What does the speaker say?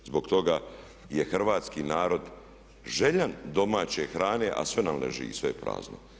Zbog toga je Hrvatski narod željan domaće hrane a sve nam leži i sve je prazno.